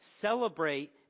celebrate